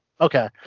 Okay